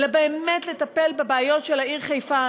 אלא באמת לטפל בבעיות של העיר חיפה,